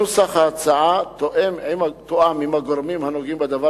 נוסח ההצעה תואם עם הגורמים הנוגעים בדבר